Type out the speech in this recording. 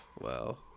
Wow